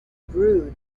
brood